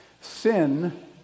sin